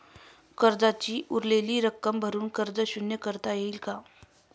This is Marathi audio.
कर्जाची उरलेली रक्कम भरून कर्ज शून्य करता येईल का?